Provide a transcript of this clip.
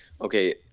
Okay